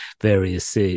various